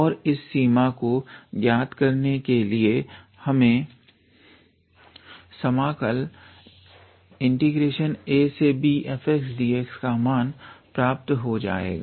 और इस सीमा को ज्ञात करने पर हमें समाकल abfxdx का मान प्राप्त हो जाएगा